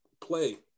play